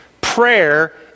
Prayer